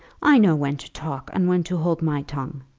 i know when to talk and when to hold my tongue.